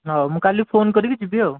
ହଉ ମୁଁ କାଲି ଫୋନ୍ କରିକି ଯିବି ଆଉ